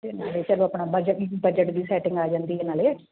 ਅਤੇ ਨਾਲੇ ਚਲੋ ਆਪਣਾ ਬਜਟ ਬਜਟ ਦੀ ਸੈਟਿੰਗ ਆ ਜਾਂਦੀ ਹੈ ਨਾਲੇ